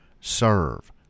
serve